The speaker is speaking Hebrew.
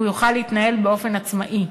והוא יוכל להתנהל באופן עצמאי,